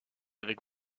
avec